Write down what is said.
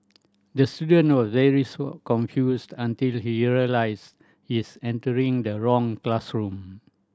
the student was very confused until he realised his entered the wrong classroom